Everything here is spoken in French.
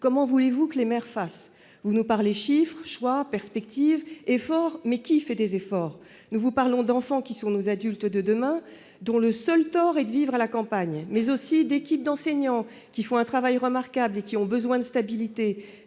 Comment voulez-vous que les maires fassent ? Vous nous parlez chiffres, choix, perspectives, efforts, mais qui fait les efforts ? Nous vous parlons d'enfants qui sont nos adultes de demain et dont le seul tort est de vivre à la campagne, d'équipes d'enseignants qui font un travail remarquable et qui ont besoin de stabilité,